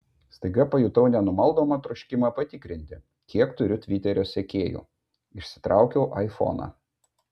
staiga pajutau nenumaldomą troškimą patikrinti kiek turiu tviterio sekėjų išsitraukiau aifoną